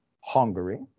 Hungary